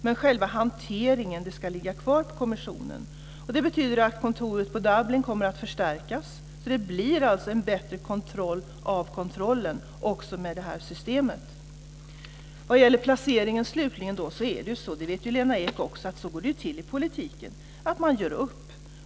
Men själva hanteringen ska ligga kvar på kommissionen. Det betyder att kontoret i Dublin kommer att förstärkas. Det blir en bättre kontroll av kontrollen också med detta system. Vad slutligen gäller placeringen vet också Lena Ek att det är så det går till i politiken. Man gör upp.